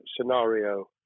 scenario